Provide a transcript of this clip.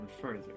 further